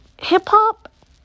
Hip-hop